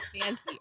fancy